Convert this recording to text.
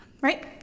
Right